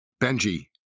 Benji